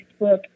facebook